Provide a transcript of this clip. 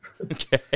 Okay